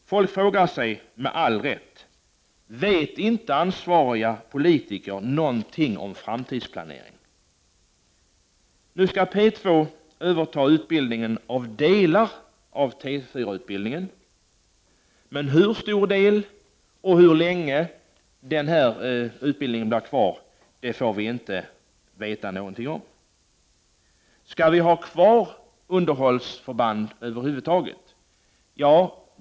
Folk frågar sig med all rätt: Vet inte de ansvariga politikerna någonting om framtidsplaneringen? Nu skall P 2 överta delar av T 4-utbildningen, men hur stor del och hur länge utbildningen blir kvar får vi inte veta någonting om. Skall vi ha kvar underhållsförband över huvud taget?